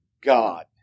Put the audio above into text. God